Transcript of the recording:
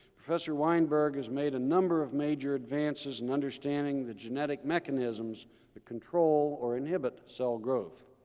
professor weinberg has made a number of major advances in understanding the genetic mechanisms that control or inhibit cell growth.